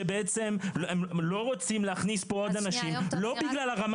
שבעצם לא רוצים להכניס פה עוד אנשים לא בגלל הרמה